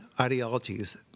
ideologies